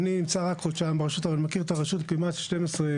אני נמצא רק חודשיים ברשות אבל אני מכיר את הרשות כמעט 12 שנה.